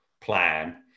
plan